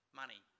money